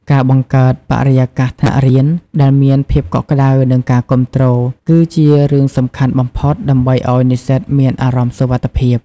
ការបង្កើតបរិយាកាសថ្នាក់រៀនដែលមានភាពកក់ក្តៅនិងការគាំទ្រគឺជារឿងសំខាន់បំផុតដើម្បីឱ្យនិស្សិតមានអារម្មណ៍សុវត្ថិភាព។